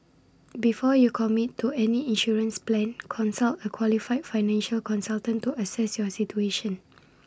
before you commit to any insurance plan consult A qualified financial consultant to assess your situation